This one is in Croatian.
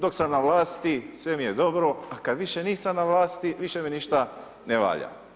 Dok sam na vlasti sve mi je dobro, a kad više nisam na vlasti više mi ništa ne valja.